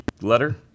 letter